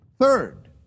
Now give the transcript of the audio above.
Third